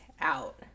out